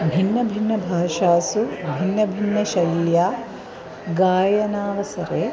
भिन्नभिन्न भाषासु भिन्नभिन्नशैल्या गायनावसरे